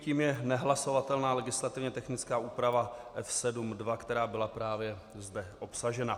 Tím je nehlasovatelná legislativně technická úprava F7.2, která byla právě zde obsažena.